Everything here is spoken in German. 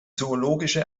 zoologische